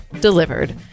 delivered